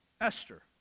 Esther